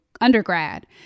undergrad